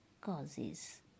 causes